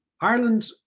Ireland